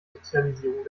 sozialisierung